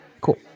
Cool